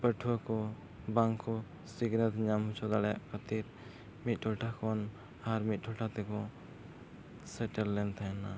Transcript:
ᱯᱟᱹᱴᱷᱣᱟᱹ ᱠᱚ ᱵᱟᱝᱠᱚ ᱥᱤᱠᱷᱱᱟᱹᱛ ᱧᱟᱢ ᱦᱚᱪᱚ ᱫᱟᱲᱮᱭᱟᱜ ᱠᱷᱟᱹᱛᱤᱨ ᱢᱤᱫ ᱴᱚᱴᱷᱟ ᱠᱷᱚᱱ ᱟᱨ ᱢᱤᱫ ᱴᱚᱴᱷᱟ ᱛᱮᱠᱚ ᱥᱮᱴᱮᱨ ᱞᱮᱱ ᱛᱟᱦᱮᱱᱟ